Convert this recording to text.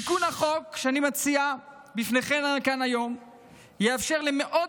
תיקון החוק שאני מציע בפניכם כאן היום יאפשר למאות